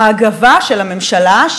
ההגבה של הממשלה,